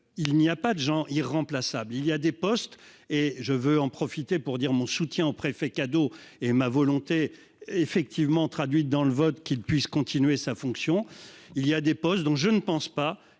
Il n'y a pas de gens irremplaçables. Il y a des postes et je veux en profiter pour dire mon soutien aux préfets cadeaux et ma volonté effectivement traduite dans le vote qu'il puisse continuer sa fonction il y a des postes dont je ne pense pas